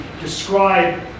describe